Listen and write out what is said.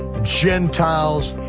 gentiles,